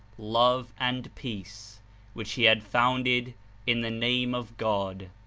love and peace which he had founded in the name of god.